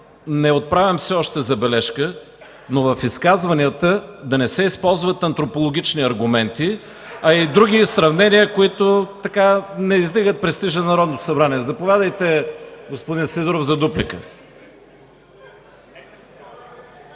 не отправям забележка, но в изказванията да не се използват антропологични аргументи, а и други сравнения, които не издигат престижа на Народното събрание. (Оживление. Смях.) Заповядайте, господин Сидеров, за дуплика.